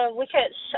wickets